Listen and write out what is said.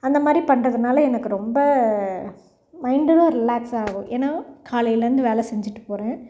அந்த மாதிரி பண்ணுறதுனால எனக்கு ரொம்ப மைண்டும் ரிலாக்ஸ் ஆகும் ஏன்னா காலையில் இருந்து வேலை செஞ்சிட்டு போகிறேன்